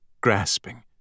grasping